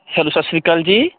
hello ਸਤਿ ਸ਼੍ਰੀ ਅਕਾਲ ਜੀ